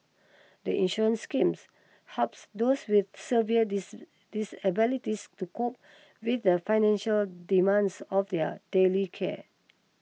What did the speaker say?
the insurance schemes helps those with severe disabilities to cope with the financial demands of their daily care